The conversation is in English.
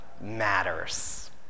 matters